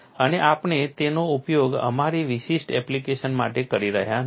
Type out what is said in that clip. અને આપણે તેનો ઉપયોગ અમારી વિશિષ્ટ એપ્લિકેશન માટે કરી રહ્યા નથી